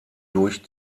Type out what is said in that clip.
durch